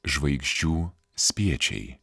žvaigždžių spiečiai